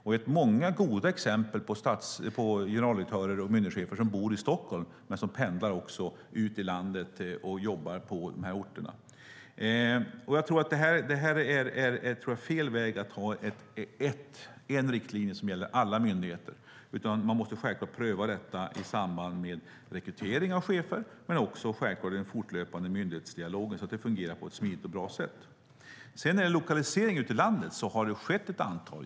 Det finns många goda exempel på generaldirektörer och myndighetschefer som bor i Stockholm och som pendlar till andra orter ute i landet och jobbar på dessa orter. Det är fel väg att ha en riktlinje som gäller alla myndigheter. Detta måste självfallet prövas i samband med rekrytering av chefer, men det behövs också en fortlöpande myndighetsdialog, så att det hela fungerar på ett smidigt och bra sätt. Det har skett ett antal lokaliseringar till orter ute i landet.